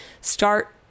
start